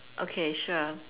okay sure